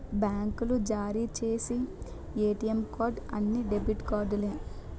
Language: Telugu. బ్యాంకులు జారీ చేసి ఏటీఎం కార్డు అన్ని డెబిట్ కార్డులే